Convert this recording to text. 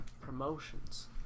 promotions